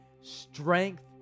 strength